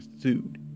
sued